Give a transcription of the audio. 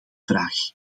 vraag